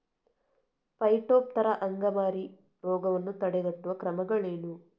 Phytophthora ಅಂಗಮಾರಿ ರೋಗವನ್ನು ತಡೆಗಟ್ಟುವ ಕ್ರಮಗಳೇನು?